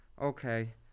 Okay